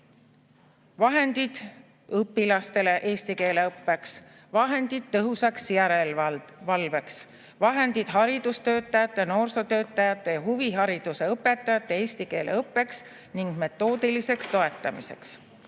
vahendid õpilastele eesti keele õppeks, vahendid tõhusaks järelevalveks, vahendid haridustöötajate, noorsootöötajate ja huvihariduse õpetajate eesti keele õppeks ning metoodiliseks toetamiseks.